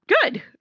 good